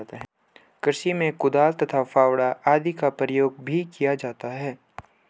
कृषि में कुदाल तथा फावड़ा आदि का प्रयोग भी किया जाता है